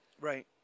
Right